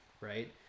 right